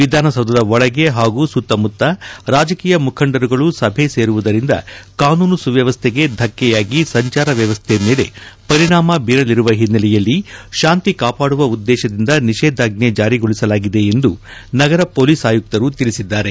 ವಿಧಾನಸೌಧದ ಒಳಗೆ ಹಾಗೂ ಸುತ್ತಮುತ್ತ ರಾಜಕೀಯ ಮುಖಂಡರುಗಳು ಸಭೆ ಸೇರುವುದರಿಂದ ಕಾನೂನು ಸುವ್ಚವಸ್ಥೆಗೆ ಧಕ್ಷೆಯಾಗಿ ಸಂಚಾರ ವ್ಯವಸ್ಥ ಮೇಲೆ ಪರಿಣಾಮ ಬೀರಲಿರುವ ಹಿನ್ನೆಲೆಯಲ್ಲಿ ಶಾಂತಿ ಕಾಪಾಡುವ ಉದ್ದೇಶದಿಂದ ನಿಷೇದಾಜ್ಞೆ ಜಾರಿಗೊಳಿಸಲಾಗಿದೆ ಎಂದು ನಗರ ಪೊಲೀಸ್ ಆಯುಕ್ತರು ತಿಳಿಸಿದ್ದಾರೆ